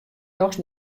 dochs